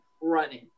running